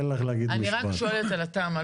רק שואלת על התמ"א,